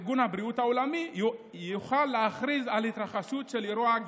ארגון הבריאות העולמי יוכל להכריז על התרחשות אירוע,